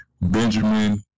Benjamin